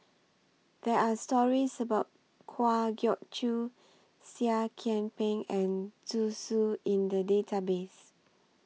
There Are stories about Kwa Geok Choo Seah Kian Peng and Zhu Xu in The Database